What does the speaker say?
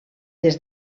des